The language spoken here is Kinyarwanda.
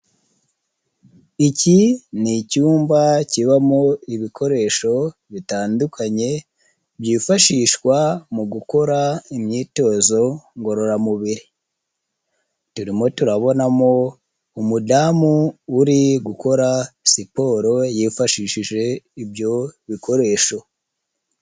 Iki ni icyumba kibamo ibikoresho bitandukanye byifashishwa mu gukora imyitozo ngororamubiri turimo turabonamo umudamu uri gukora siporo yifashishije ibyo bikoresho.